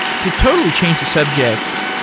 to totally change the subject,